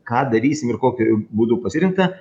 ką darysim ir kokiu būdu pasirinkta